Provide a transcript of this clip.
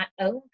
own